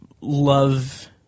love